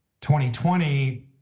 2020